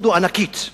הודו ענקית,